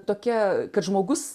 tokia kad žmogus